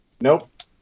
Nope